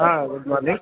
ಹಾಂ good morning